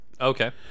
Okay